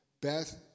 Beth